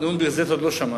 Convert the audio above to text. את נאום ביר-זית עוד לא שמענו,